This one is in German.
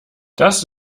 das